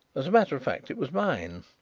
as a matter of fact, it was mine.